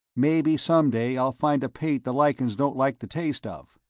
maybe someday i'll find a paint the lichens don't like the taste of.